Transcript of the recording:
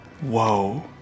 Whoa